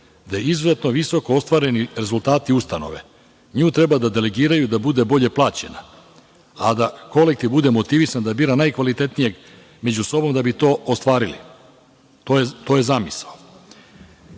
gde su izuzetno visoko ostvareni rezultati ustanove. NJu treba da delegiraju da bude bolje plaćena, a da kolektiv bude motivisan da bira najkvalitetnijeg među sobom da bi to ostvarili. To je zamisao. Naravno,